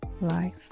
life